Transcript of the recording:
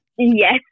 Yes